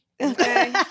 Okay